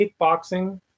kickboxing